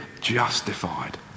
justified